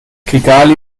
kigali